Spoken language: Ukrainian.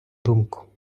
думку